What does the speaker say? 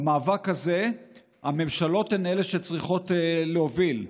במאבק הזה הממשלות הן שצריכות להוביל.